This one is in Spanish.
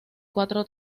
cuatro